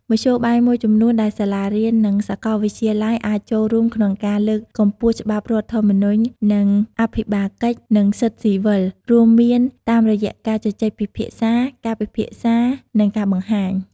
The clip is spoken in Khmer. មធ្យោបាយមួយចំនួនដែលសាលារៀន និងសាកលវិទ្យាល័យអាចចូលរួមក្នុងការលើកកម្ពស់ច្បាប់រដ្ឋធម្មនុញ្ញ និងអភិបាលកិច្ច និងសិទ្ធិស៊ីវិល រួមមានតាមរយៈការជជែកពិភាក្សា ការពិភាក្សា និងការបង្ហាញ។